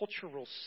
cultural